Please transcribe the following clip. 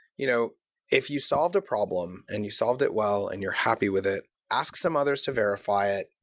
you know if you solved a problem and you solved it well and you're happy with it, ask some others to verify it.